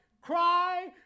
cry